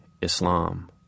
Islam